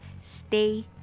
Stay